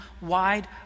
wide